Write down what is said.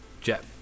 jet